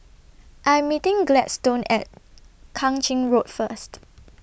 I'm meeting Gladstone At Kang Ching Road First